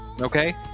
Okay